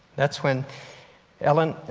that's when ellen.